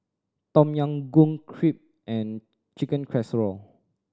Tom Yam Goong Crepe and Chicken Casserole